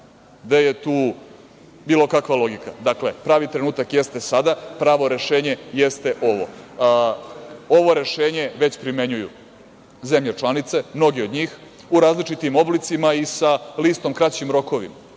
Gde je tu bilo kakva logika? Pravi trenutak jeste sada. Pravo rešenje jeste ovo. Ovo rešenje primenjuju zemlje članice, mnogi od njih u različitim oblicima i sa listom kraćim rokovima.